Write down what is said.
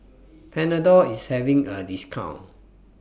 Panadol IS having A discount